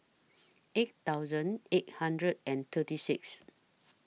eight thousand eight hundred and thirty six